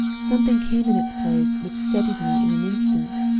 something came in its place which steadied me in an instant,